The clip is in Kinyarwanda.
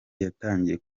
yatangiye